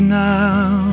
now